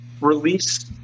release